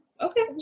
Okay